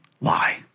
lie